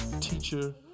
teacher